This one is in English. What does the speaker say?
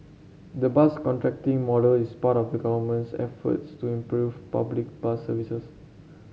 the bus contracting model is part of the Government's efforts to improve public bus services